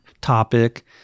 topic